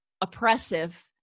oppressive